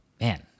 man